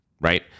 right